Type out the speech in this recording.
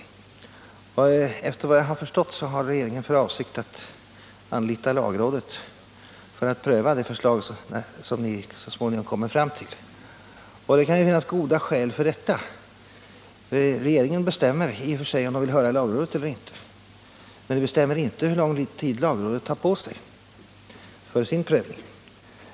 Enligt vad jag har förstått har regeringen för avsikt att anlita lagrådet för prövning av det förslag som ni så småningom kommer fram till. Det kan finnas goda skäl för detta. Regeringen bestämmer i och för sig om den vill höra lagrådet eller inte, men den bestämmer inte hur lång tid lagrådet har på sig för sin prövning.